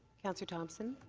councillor thompson.